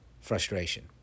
Frustration